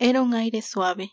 era un aire suave